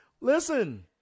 listen